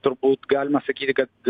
turbūt galima sakyti kad